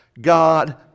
God